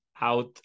out